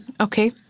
okay